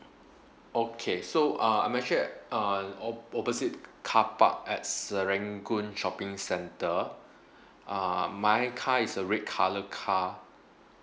okay so uh I'm actually at uh opp~ opposite carpark at serangoon shopping centre uh my car is a red colour car